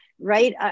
right